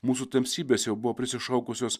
mūsų tamsybės jau buvo prisišaukusios